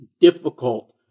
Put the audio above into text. difficult